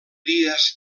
dies